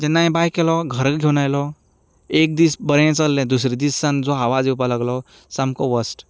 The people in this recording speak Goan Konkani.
म्हाका पळय जेन्ना हांव घरा घेवन आयलो एक दीस बरें चल्लें दुसरे दीसा सावन जो आवाज येवपाक लागलो सामको वर्स्ट